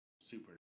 Super